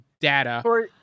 data